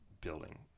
building